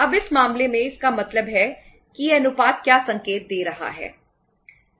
अब इस मामले में इसका मतलब है कि यह अनुपात क्या संकेत दे रहा है